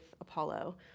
Apollo